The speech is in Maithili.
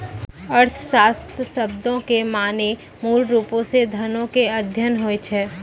अर्थशास्त्र शब्दो के माने मूलरुपो से धनो के अध्ययन होय छै